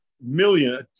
million